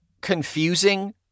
confusing